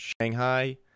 Shanghai